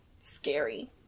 scary